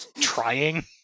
trying